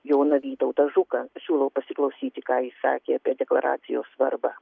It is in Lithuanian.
joną vytautą žuką siūlau pasiklausyti ką jis sakė apie deklaracijos svarbą